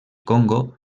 congo